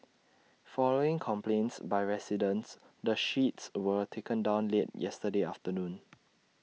following complaints by residents the sheets were taken down late yesterday afternoon